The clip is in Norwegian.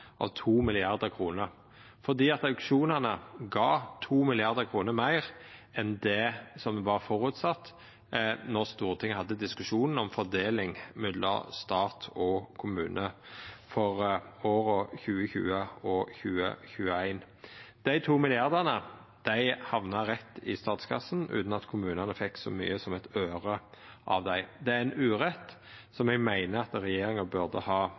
av 2 mrd. kr, fordi auksjonane gav 2 mrd. kr meir enn det som var føresett då Stortinget hadde diskusjonen om fordeling mellom stat og kommune for åra 2020 og 2021. Dei to milliardane hamna rett i statskassen utan at kommunane fekk så mykje som eit øre av dei. Det er ein urett som eg meiner at regjeringa burde ha